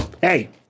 hey